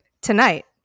tonight